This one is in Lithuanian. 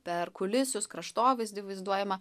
per kulisius kraštovaizdį vaizduojamą